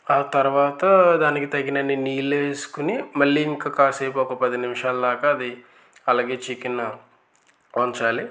ఆ తర్వాత దానికి తగినన్ని నీళ్ళు వేసుకుని మళ్ళీ ఇంక కాసేపు ఒక పది నిముషాలు దాకా అది అలాగే చికెను ఉంచాలి